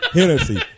Hennessy